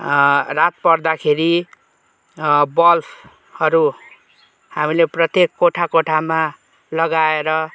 रात पर्दाखेरि बल्बहरू हामीले प्रत्येक कोठा कोठामा लगाएर